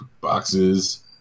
boxes